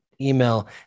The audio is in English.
email